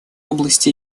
области